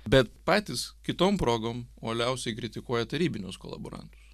bet patys kitom progom uoliausiai kritikuoja tarybinius kolaborantus